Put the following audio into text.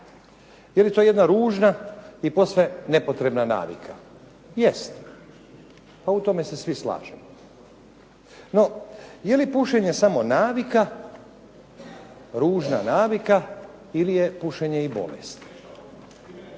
Je li to jedna ružna i posve nepotrebna navika? Jest. Pa u tome se svi slažemo. No je li pušenje samo navika, ružna navika ili je pušenje i bolest?